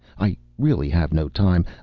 i really have no time